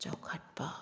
ꯆꯥꯎꯈꯠꯄ